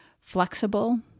flexible